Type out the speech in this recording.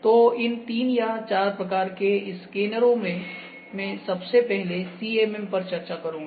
तोइन 3 या 4 प्रकार के स्कैनरों में मैं सबसे पहले CMM पर चर्चा करूँगा